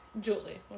Julie